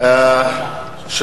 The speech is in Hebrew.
הדוח מדבר,